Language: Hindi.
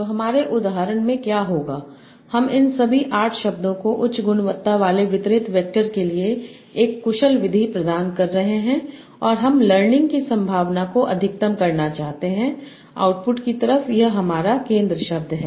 तो हमारे उदाहरण में क्या होगा हम इन सभी 8 शब्दों को उच्च गुणवत्ता वाले वितरित वेक्टर के लिए एक कुशल विधि प्रदान कर रहे हैं और हम लर्निंग की संभावना को अधिकतम करना चाहते हैं आउटपुट की तरह यह हमारा केंद्र शब्द है